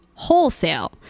wholesale